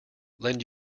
lend